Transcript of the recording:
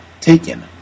taken